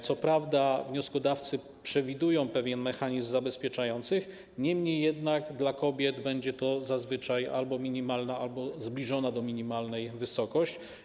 Co prawda wnioskodawcy przewidują pewien mechanizm zabezpieczający, niemniej jednak dla kobiet będzie to zazwyczaj albo minimalna, albo zbliżona do minimalnej wysokość.